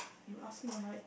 you ask me alright